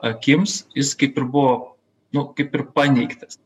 akims jis kaip ir buvo nu kaip ir paneigtas